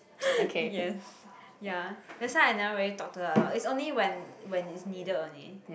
yes ya that's why I never really talk to her a lot it's only when when it's needed only